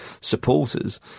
supporters